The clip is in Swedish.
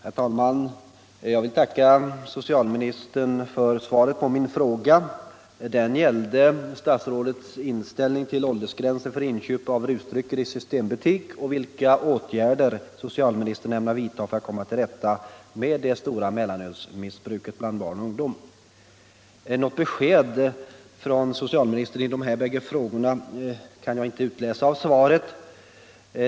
Herr talman! Jag vill tacka socialministern för svaret på min fråga. Den gällde socialministerns inställning till åldersgränsen för inköp av rusdrycker i systembutik och vilka åtgärder socialministern ämnar vidta för att komma till rätta med det stora mellanölsmissbruket bland barn och ungdom. Något besked från socialministern i dessa båda frågor kan jag emellertid inte utläsa av svaret.